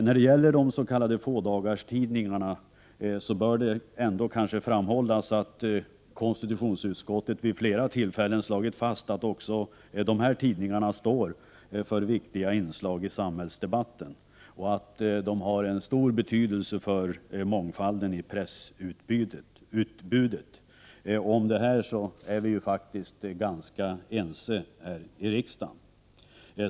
När det gäller de s.k. fådagarstidningarna bör det kanske framhållas att konstitutionsutskottet vid flera tillfällen slagit fast att också dessa tidningar står för viktiga inslag i samhällsdebatten och att de har stor betydelse för mångfalden i pressutbudet. Om detta är vi faktiskt i stort sett ense här i riksdagen.